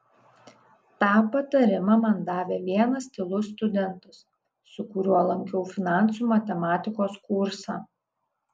tą patarimą man davė vienas tylus studentas su kuriuo lankiau finansų matematikos kursą